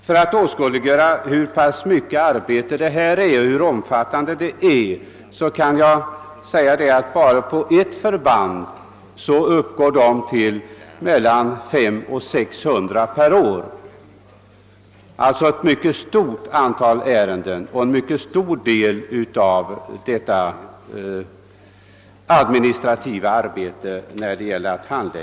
För att ange vilket omfattande arbete detta är kan jag nämna att antalet ansökningar enbart på ett förband kan uppgå till mellan 500 och 600 per år. Antalet ärenden är alltså stort, och det administrativa arbetet är betydande.